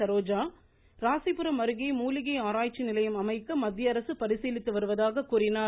சரோஜா ராசிபுரம் அருகே மூலிகை ஆராய்ச்சி நிலையம் அமைக்க மத்திய அரசு பரிசீலித்து வருவதாக கூறினார்